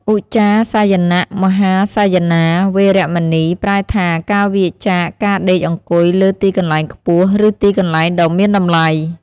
ឧច្ចាសយនមហាសយនា វេរមណី ប្រែថាការវៀរចាកការដេកអង្គុយលើទីកន្លែងខ្ពស់ ឬទីកន្លែងដ៏មានតម្លៃ ។